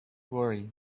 worry